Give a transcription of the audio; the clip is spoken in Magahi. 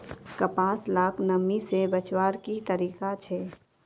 कपास लाक नमी से बचवार की तरीका छे?